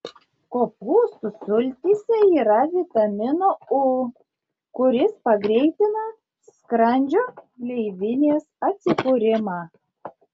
kopūstų sultyse yra vitamino u kuris pagreitina skrandžio gleivinės atsikūrimą